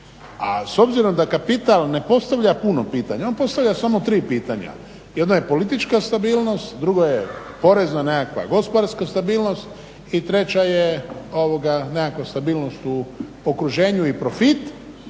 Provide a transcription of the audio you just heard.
A s obzirom da kapital ne postavlja puno pitanja, on postavlja samo tri pitanja, jedno je politička stabilnost, drugo je porezna, nekakva gospodarska stabilnosti i treća je nekakva stabilnost u okruženju i profit.